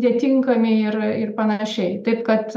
netinkami ir ir panašiai taip kad